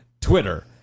Twitter